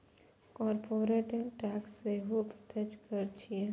corporate tax सेहो प्रत्यक्ष कर छियै